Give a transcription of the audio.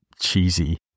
cheesy